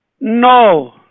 No